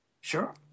Sure